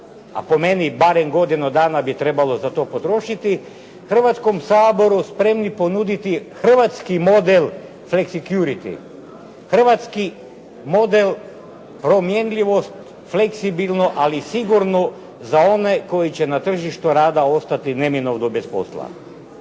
a po meni barem godinu dana bi trebalo za to potrošiti, Hrvatskom saboru spremni ponuditi hrvatski model fleksicurity, hrvatski model promjenjivost, fleksibilno, ali sigurno za one koji će na tržištu rada ostati neminovno bez posla?